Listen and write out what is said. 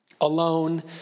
alone